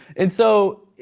and so,